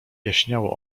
jaśniało